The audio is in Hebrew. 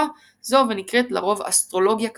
זו ונקראת לרוב "אסטרולוגיה קבלית".